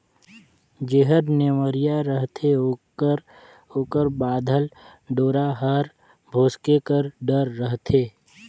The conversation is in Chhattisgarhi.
जेहर नेवरिया रहथे ओकर ओकर बाधल डोरा हर भोसके कर डर रहथे